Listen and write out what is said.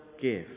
give